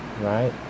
right